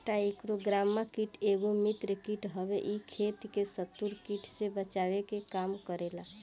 trichogramma कीट एगो मित्र कीट हवे इ खेत के शत्रु कीट से बचावे के काम करेला